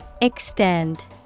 Extend